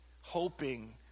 hoping